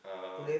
um